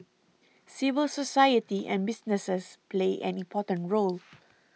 civil society and businesses play an important role